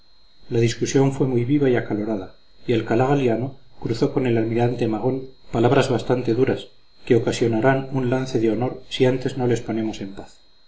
la discusión fue muy viva y acalorada y alcalá galiano cruzó con el almirante magon palabras bastante duras que ocasionarán un lance de honor si antes no les ponemos en paz